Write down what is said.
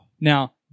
Now